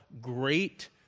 great